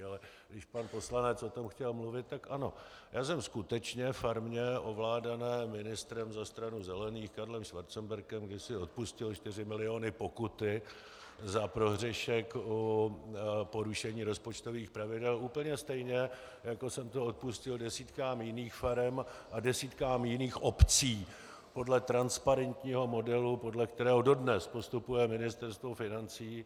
Ale když pan poslanec o tom chtěl mluvit, tak ano, já jsem skutečně farmě ovládané ministrem za stranu zelených Karlem Schwarzenbergem kdysi odpustil 4 milionů pokuty za prohřešek porušení rozpočtových pravidel úplně stejně, jako jsem to odpustil desítkám jiných farem a desítkám jiných obcí podle transparentního modelu, podle kterého dodnes postupuje Ministerstvo financí.